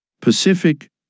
Pacific